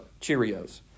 Cheerios